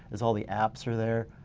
as all the apps are there.